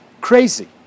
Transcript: crazy